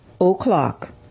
o'clock